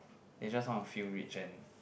they just want to feel rich and